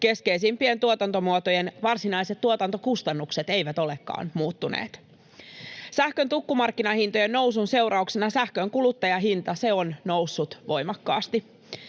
keskeisimpien tuotantomuotojen varsinaiset tuotantokustannukset eivät olekaan muuttuneet. Sähkön tukkumarkkinahintojen nousun seurauksena sähkön kuluttajahinta, se on noussut voimakkaasti.